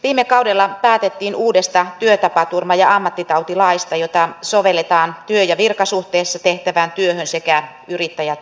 viime kaudella päätettiin uudesta työtapaturma ja ammattitautilaista jota sovelletaan työ ja virkasuhteessa tehtävään työhön sekä yrittäjätyöhön